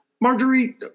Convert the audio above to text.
Marjorie